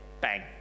bang